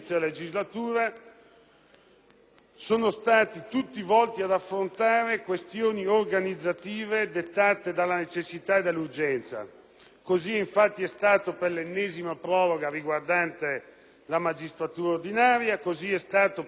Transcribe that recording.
sono stati volti ad affrontare questioni organizzative dettate dalla necessità e dall'urgenza. Così infatti è stato per l'ennesima proroga riguardante la magistratura ordinaria, così è stato per il provvedimento